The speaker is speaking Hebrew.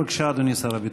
בבקשה, אדוני שר הביטחון.